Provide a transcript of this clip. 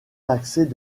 l’accès